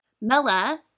Mella